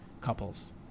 couples